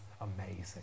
amazing